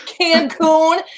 Cancun